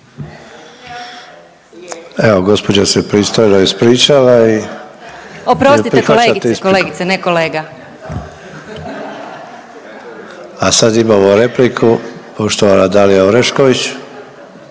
Evo gospođa se pristojno ispričala. …/Upadica Orešković: Oprostite kolegice, ne kolega./… A sad imamo repliku poštovana Dalija Orešković.